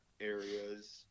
areas